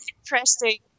interesting